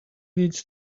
needs